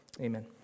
Amen